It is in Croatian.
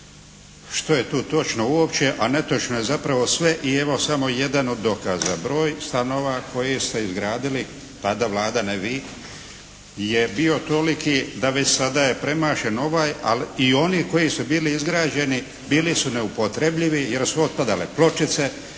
Što je tu točno uopće, a netočno je zapravo sve i evo samo jedan od dokaza. Broj stanova koji ste izgradili, mada Vlada, ne vi je bio toliki da bi sada je premašen ovaj, ali i oni koji su bili izgrađeni bili su neupotrebljivi jer su otpadale pločice,